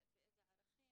באיזה ערכים,